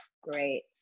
Great